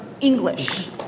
English